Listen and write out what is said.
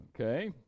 okay